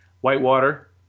Whitewater